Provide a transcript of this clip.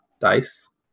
dice